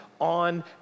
on